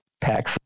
pack